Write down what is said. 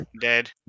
dead